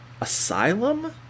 Asylum